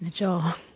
jaw.